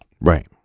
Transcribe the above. Right